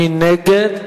מי נגד?